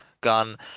gun